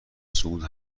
صعود